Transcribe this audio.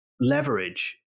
leverage